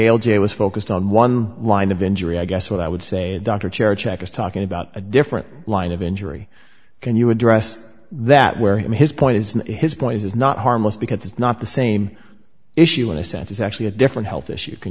l j was focused on one line of injury i guess what i would say dr shared check is talking about a different line of injury can you address that where his point is and his point is not harmless because it's not the same issue in a sense it's actually a different health issue can